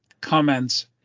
comments